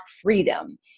freedom